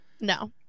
No